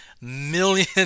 million